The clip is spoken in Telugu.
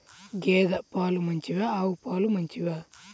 గేద పాలు మంచివా ఆవు పాలు మంచివా?